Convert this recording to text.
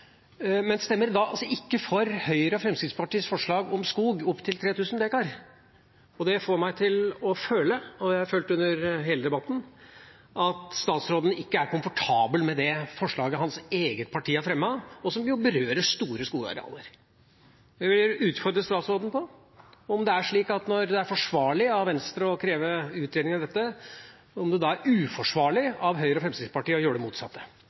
men ikke stemmer for Høyre og Fremskrittspartiets forslag om skog opp til 3 000 dekar. Det får meg til å føle – og jeg har følt det under hele debatten – at statsråden ikke er komfortabel med det forslaget hans eget parti har fremmet, som jo berører store skogarealer. Jeg vil utfordre statsråden på om det er slik at når det er forsvarlig av Venstre å kreve utredning av dette, er det uforsvarlig av Høyre og Fremskrittspartiet å gjøre det motsatte